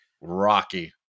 rocky